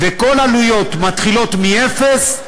וכל העלויות מתחילות מאפס,